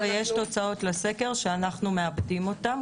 ויש תוצאות לסקר שאנחנו מעבדים אותם,